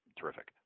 terrific